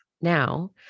now